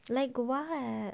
like what